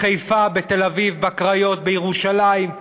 בחיפה, בתל-אביב, בקריות, בירושלים,